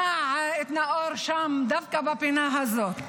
שהוא שמע רק את נאור שם, דווקא בפינה הזו.